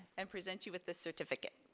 and present you with this certificate.